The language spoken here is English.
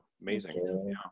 Amazing